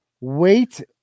Wait